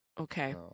Okay